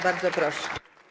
Bardzo proszę.